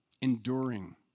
enduring